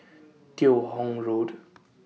Teo Hong Road